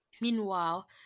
Meanwhile